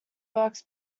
works